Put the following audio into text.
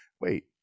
Wait